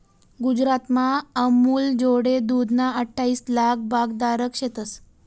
गुजरातमा अमूलजोडे दूधना अठ्ठाईस लाक भागधारक शेतंस